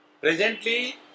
Presently